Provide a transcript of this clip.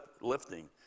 lifting